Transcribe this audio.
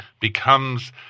becomes